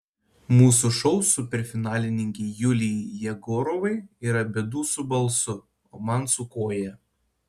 mūsų šou superfinalininkei julijai jegorovai yra bėdų su balsu o man su koja